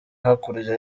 hakurya